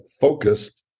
focused